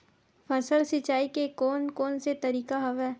फसल सिंचाई के कोन कोन से तरीका हवय?